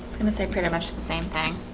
i'm gonna say pretty much the same thing.